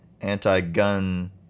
anti-gun